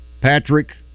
Patrick